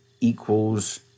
equals